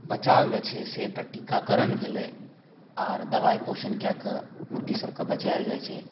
बचाव सब छै जे एकटा टीकाकरण भेलै आर दबाइ पोषण कए कऽ मुर्गी सबके बचायल जाइ छै